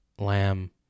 Lamb